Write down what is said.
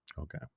Okay